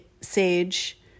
sage